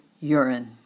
urine